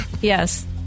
yes